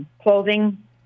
clothing